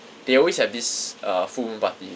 they always have this uh full moon party